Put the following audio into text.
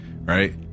Right